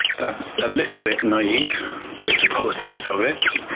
that's a little bit naive with the politics of it,